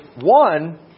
one